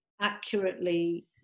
accurately